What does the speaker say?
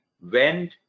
went